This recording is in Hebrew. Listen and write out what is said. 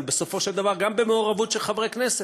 אבל בסופו של דבר גם במעורבות של חברי כנסת,